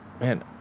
man